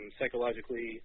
psychologically